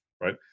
right